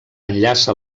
enllaça